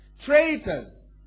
Traitors